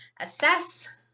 Assess